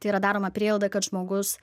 tai yra daroma prielaida kad žmogus